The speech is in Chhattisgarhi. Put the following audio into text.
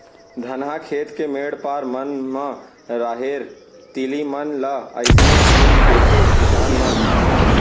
धनहा खेत के मेढ़ पार मन म राहेर, तिली मन ल अइसने छीन देथे किसान मन